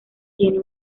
tiene